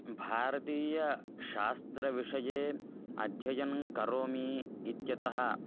भारतीयशास्त्रविषये अध्ययन् करोमि इत्यतः